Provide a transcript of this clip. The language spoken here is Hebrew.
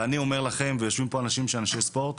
ואני אומר לכם, ויושבים פה אנשים שהם אנשי ספורט.